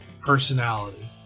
personality